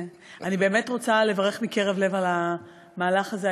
אני באמת רוצה לברך מקרב לב על המהלך הזה,